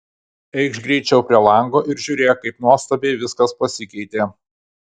eikš greičiau prie lango ir žiūrėk kaip nuostabiai viskas pasikeitė